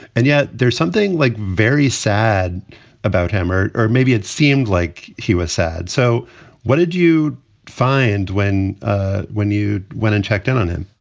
and yet there's something like very sad about him. or or maybe it seemed like he was sad. so what did you find when when you went and checked in on him?